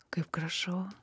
kaip gražu